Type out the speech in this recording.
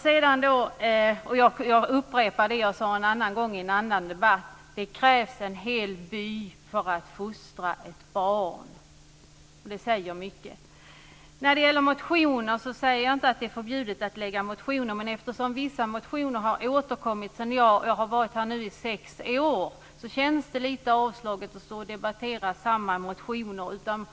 Jag upprepar det jag sade en gång i en annan debatt: Det krävs en hel by för att fostra ett barn. Det säger mycket. När det gäller motioner säger jag inte att det är förbjudet att väcka motioner, men eftersom vissa motioner återkommer - jag har nu varit här i sex år - kan jag säga att det känns lite avslaget att debattera samma motioner gång på gång.